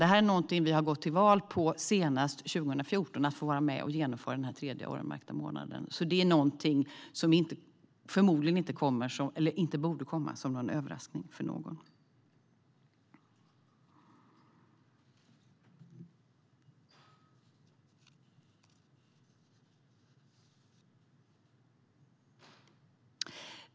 Senast 2014 gick vi till val på att få vara med och genomföra den tredje öronmärkta månaden, så det borde inte komma som en överraskning för någon.